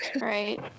right